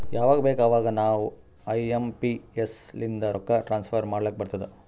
ಯವಾಗ್ ಬೇಕ್ ಅವಾಗ ನಾವ್ ಐ ಎಂ ಪಿ ಎಸ್ ಲಿಂದ ರೊಕ್ಕಾ ಟ್ರಾನ್ಸಫರ್ ಮಾಡ್ಲಾಕ್ ಬರ್ತುದ್